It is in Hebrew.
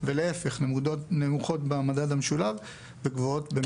ולהיפך; נמוכות במדד המשולב וגבוהות במספר העסקים.